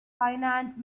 finance